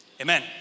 Amen